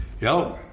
yo